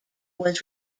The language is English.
was